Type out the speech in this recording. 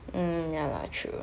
mm ya lah true